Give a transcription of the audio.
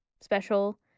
special